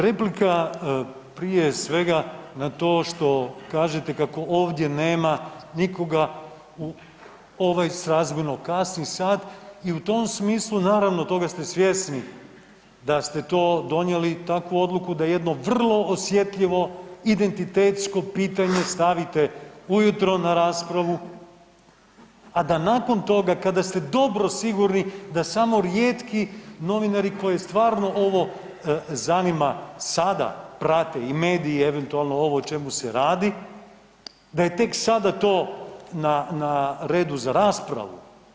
Replika prije svega na to što kažete kako ovdje nema nikoga u ovaj srazmjerno kasni sat i u tom smislu naravno toga ste svjesni da ste to donijeli takvu odluku da jedno vrlo osjetljivo identitetsko pitanje stavite ujutro na raspravu, a da nakon toga kada ste dobro sigurni da samo rijetki novinari koje stvarno ovo zanima sada prate i mediji eventualno ovo o čemu se radi, da je tek sada to na redu za raspravu.